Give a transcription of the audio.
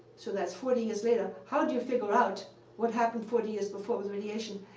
so that's forty years later. how do you figure out what happened forty years before with radiation?